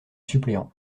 suppléant